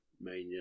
mania